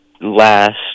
last